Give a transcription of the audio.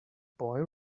boy